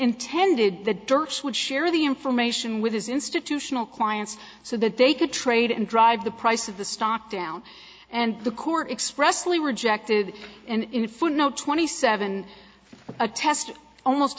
intended the dirt would share the information with his institutional clients so that they could trade and drive the price of the stock down and the court expressly rejected in footnote twenty seven a test almost